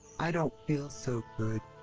i don't feel so good.